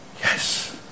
yes